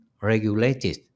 regulated